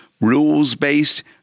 Rules-based